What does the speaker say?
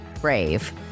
brave